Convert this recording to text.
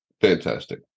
Fantastic